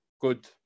good